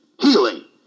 healing